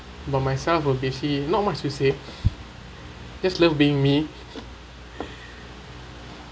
about myself would be actually not much to say just loved being me